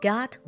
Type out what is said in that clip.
Got